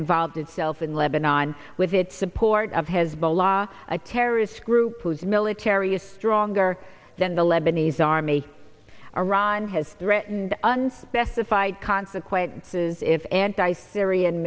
involved itself in lebanon with its support of hezbollah a terrorist group whose military is stronger than the lebanese army iran has threatened unspecified consequences if and i syrian